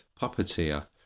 puppeteer